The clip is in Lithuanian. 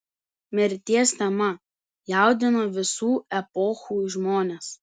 mirties tema jaudino visų epochų žmones